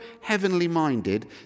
heavenly-minded